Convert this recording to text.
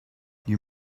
you